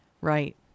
Right